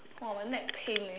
!wah! my neck pain eh